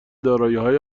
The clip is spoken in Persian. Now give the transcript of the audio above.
داراییهای